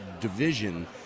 division